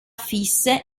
fisse